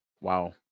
wow